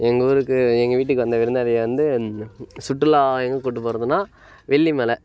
எங்கள் ஊருக்கு எங்கள் வீட்டுக்கு வந்த விருந்தாளியை வந்து சுற்றுலா எங்கே கூப்பிட்டு போகிறதுன்னா வெள்ளி மலை